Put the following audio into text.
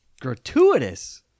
gratuitous